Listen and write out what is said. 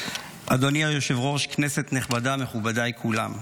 אדוני היושב-ראש, כנסת נכבדה, מכובדיי כולם,